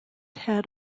had